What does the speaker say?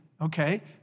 okay